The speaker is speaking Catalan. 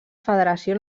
federació